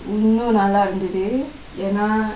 ரொம்ப நல்லா இருந்தது என்ன:romba nalla irunthathu enna